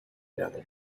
another